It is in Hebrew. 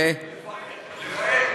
לבער.